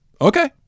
Okay